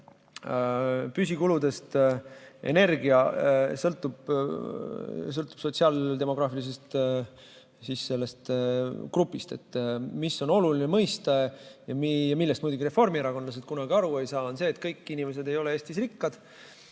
püsikuludest moodustab energia, sõltub sotsiaaldemograafilisest grupist. Mida on oluline mõista ja millest muidugi reformierakondlased kunagi aru ei saa, on see, et kõik inimesed ei ole Eestis rikkad.